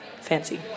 fancy